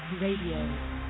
Radio